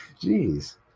Jeez